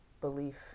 belief